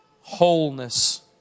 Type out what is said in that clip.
wholeness